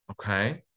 Okay